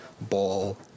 ball